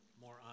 more